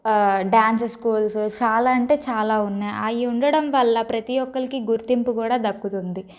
dance schools చాలా అంటే చాలా ఉన్నాయి అవి ఉండడం వల్ల ప్రతీ ఒకరికి గుర్తింపు కూడా దక్కుతుంది